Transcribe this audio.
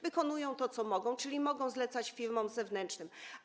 Wykonują to, co mogą, czyli mogą to zlecać firmom zewnętrznym.